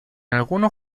algunos